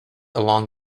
along